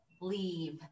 leave